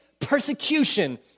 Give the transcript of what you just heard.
persecution